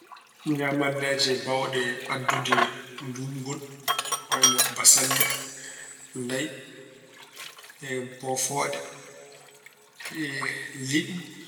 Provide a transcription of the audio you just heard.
Ñaamalleeji baawɗe addude luuɓgol wayno bassalle, layi, e bofooɗe e liɗɗi.